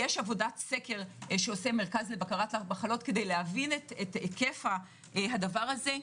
יש עבודת סקר שעושה מרכז לבקרת מחלות כדי להבין את היקף הדבר הזה.